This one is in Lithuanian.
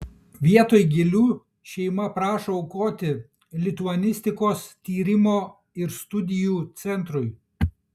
vietoj gėlių šeima prašo aukoti lituanistikos tyrimo ir studijų centrui